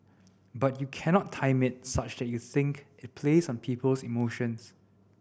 but you cannot time it such that you think it plays on people's emotions